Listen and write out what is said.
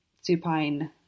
supine